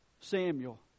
Samuel